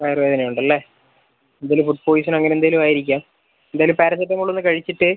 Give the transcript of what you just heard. വയറു വേദനയും ഉണ്ടല്ലേ എന്തെങ്കിലും ഫുഡ് പോയ്സൺ അങ്ങനെ എന്തേലും ആയിരിക്കാം എന്തായാലും പാരസിറ്റമോൾ ഒന്ന് കഴിച്ചിട്ട്